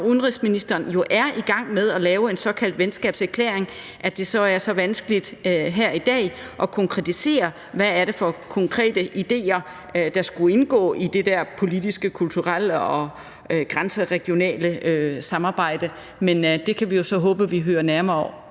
når udenrigsministeren jo er i gang med at lave en såkaldt venskabserklæring, at det så er så vanskeligt her i dag at konkretisere, hvad det er for konkrete idéer, der skulle indgå i det der politiske, kulturelle og grænseregionale samarbejde, men det kan vi jo så håbe at vi hører nærmere om